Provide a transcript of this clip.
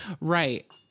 Right